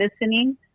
listening